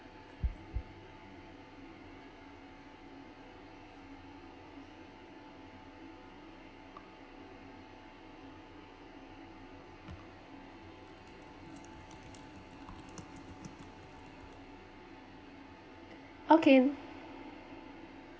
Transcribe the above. okay